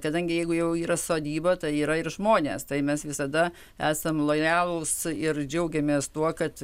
kadangi jeigu jau yra sodyba tai yra ir žmonės tai mes visada esam lojalūs ir džiaugiamės tuo kad